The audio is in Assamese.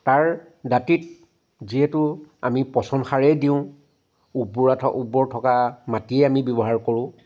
তাৰ দাঁতিত যিহেতু আমি পচন সাৰেই দিওঁ ওপোৱা থ ওপৰত থকা মাটি আমি ব্যৱহাৰ কৰোঁ